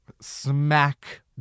smack